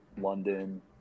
London